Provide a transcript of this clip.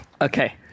Okay